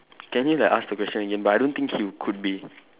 can you like ask the question again but I don't think he'd could be